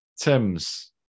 Tim's